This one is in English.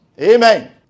amen